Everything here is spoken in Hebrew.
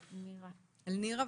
אל מירה.